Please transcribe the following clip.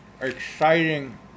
exciting